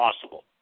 possible